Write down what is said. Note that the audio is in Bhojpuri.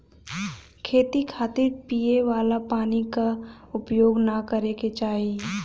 खेती खातिर पिए वाला पानी क उपयोग ना करे के चाही